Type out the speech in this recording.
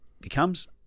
becomes